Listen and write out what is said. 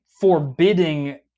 forbidding